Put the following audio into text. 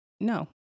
no